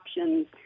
options